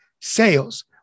sales